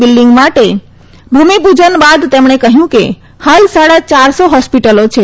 building માટે ભૂમિપૂજન બાદ તેમણે કહ્યું કે હાલ સાડા યારસો હોર્ડસ્પટલો છે